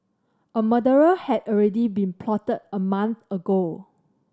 a murder had already been plotted a month ago